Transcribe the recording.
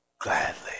Gladly